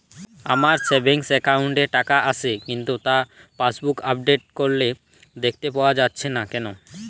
আমার savings account এ টাকা আসছে কিন্তু তা পাসবুক আপডেট করলে দেখতে পাওয়া যাচ্ছে না কেন?